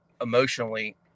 emotionally